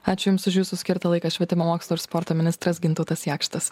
ačiū jums už jūsų skirtą laiką švietimo mokslo ir sporto ministras gintautas jakštas